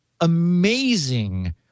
amazing